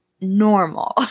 normal